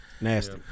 Nasty